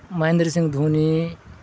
Mahendra Singh Dhoni